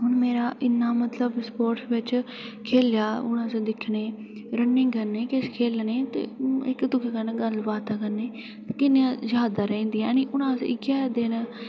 हू'न मेरा इ'न्ना मतलब स्पोर्टस बिच खेल्लेआ हू'न अस दिक्खने रनिंग करने किश दिक्खने ते इक्क दूऐ कन्नै गल्ल बात करने कि'न्नी जानकारी होंदी हू'न अस इ'यै दिन